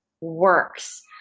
works